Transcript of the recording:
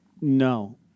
No